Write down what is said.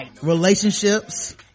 relationships